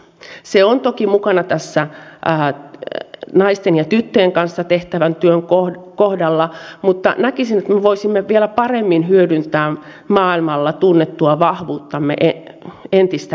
se on toki mukana tässä naisten ja tyttöjen kanssa tehtävän työn kohdalla mutta näkisin että me voisimme vielä paremmin hyödyntää maailmalla tunnettua vahvuuttamme entistä enemmän